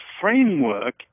framework